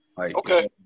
Okay